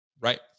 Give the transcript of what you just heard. Right